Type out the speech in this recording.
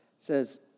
says